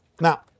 Now